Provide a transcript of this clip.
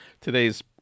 today's